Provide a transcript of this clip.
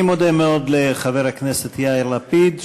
אני מודה מאוד לחבר הכנסת יאיר לפיד,